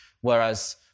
Whereas